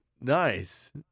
Nice